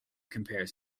compares